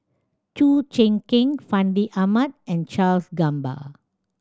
Chew Choo Keng Fandi Ahmad and Charles Gamba